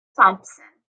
thompson